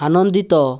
ଆନନ୍ଦିତ